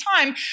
time